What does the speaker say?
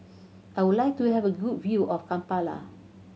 I would like to have a good view of Kampala